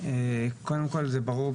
קודם כל זה ברור,